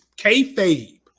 kayfabe